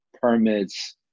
permits